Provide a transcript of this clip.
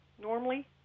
normally